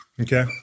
Okay